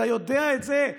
אתה יודע את זה.